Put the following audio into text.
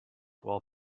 while